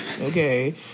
okay